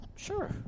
Sure